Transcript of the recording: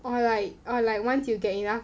or like or like once you get enough